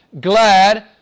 glad